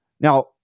now